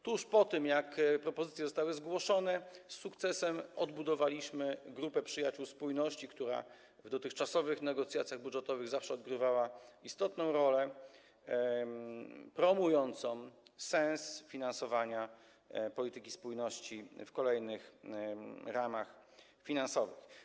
Tuż po tym, jak propozycje zostały zgłoszone, z sukcesem odbudowaliśmy grupę przyjaciół spójności, która w dotychczasowych negocjacjach budżetowych zawsze odgrywała istotną rolę promującą sens finansowania polityki spójności w kolejnych ramach finansowych.